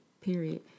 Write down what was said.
Period